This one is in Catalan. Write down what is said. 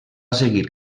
seguir